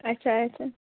اچھا اچھا